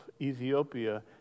Ethiopia